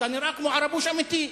אתה נראה כמו ערבוש אמיתי.